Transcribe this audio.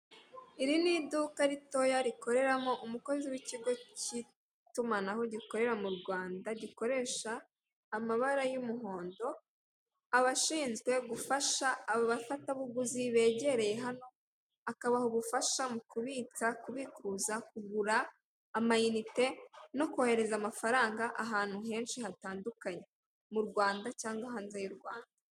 Iri n'iduka ritoya rikoreramo umukozi w'ikigo cy'itumanaho gikorera mu Rwanda gikoresha amabara y'umuhondo, aba ashinzwe gufasha abafatabuguzi begereye hano akabaha ubufasha mu kubitsa, kubikuza, kugura amayinite no kohereza amafaranga ahantu henshi hatandukanye mu Rwanda cyangwa hanze y'u Rwanda.